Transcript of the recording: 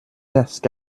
desk